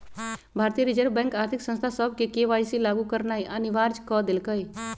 भारतीय reserve bank आर्थिक संस्था सभके के.वाई.सी लागु करनाइ अनिवार्ज क देलकइ